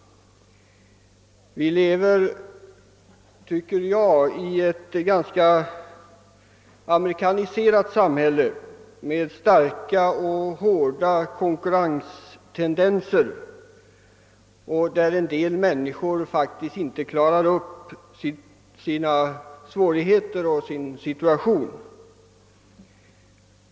Vi 1lever i ett ganska amerikaniserat samhälle med starka och hårda konkurrenstendenser, ett samhälle där: en del människor faktiskt inte klarar upp sin: situation.